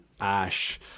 Ash